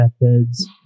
methods